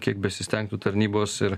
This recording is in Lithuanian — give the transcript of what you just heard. kiek besistengtų tarnybos ir